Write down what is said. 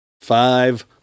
five